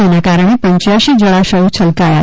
જેના કારણે પંચ્યાસી જળાશયો છલકાયા છે